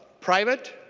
private